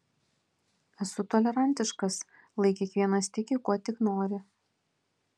esu tolerantiškas lai kiekvienas tiki kuo tik nori